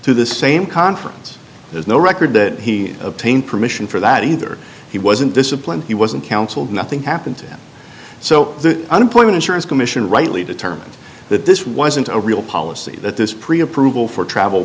to the same conference there's no record that he obtained permission for that either he wasn't disciplined he wasn't counseled nothing happened so the unemployment insurance commission rightly determined that this wasn't a real policy that this pre approval for travel